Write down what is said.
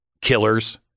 killers